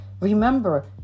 Remember